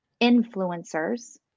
influencers